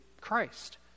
Christ